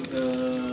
err